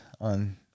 on